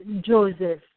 Joseph